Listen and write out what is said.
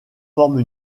forment